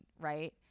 Right